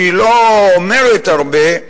שהיא לא אומרת הרבה,